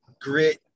grit